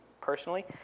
personally